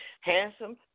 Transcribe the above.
handsome